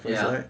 ya